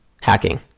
hacking